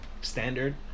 standard